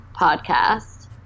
podcast